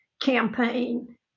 campaign